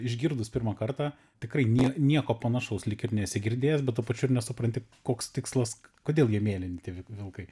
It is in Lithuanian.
išgirdus pirmą kartą tikrai nie nieko panašaus lyg ir nesi girdėjęs bet tuo pačiu ir nesupranti koks tikslas kodėl jie mėlyni tie vi vilkai